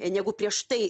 negu prieš tai